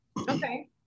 Okay